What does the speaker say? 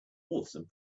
awesome